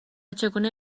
چگونه